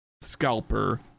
scalper